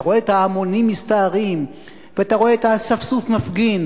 רואה את ההמונים מסתערים ואתה רואה את האספסוף מפגין,